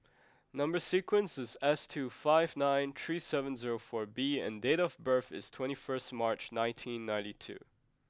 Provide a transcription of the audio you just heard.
number sequence is S two five nine three seven zero four B and date of birth is twenty first March nineteen ninety two